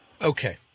Okay